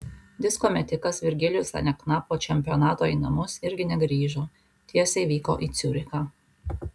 disko metikas virgilijus alekna po čempionato į namus irgi negrįžo tiesiai vyko į ciurichą